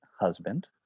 husband